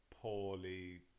poorly